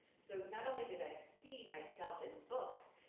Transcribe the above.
so not only did i see myself in books,